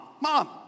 mom